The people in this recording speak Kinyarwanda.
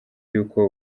y’uko